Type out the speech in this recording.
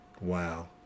Wow